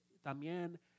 también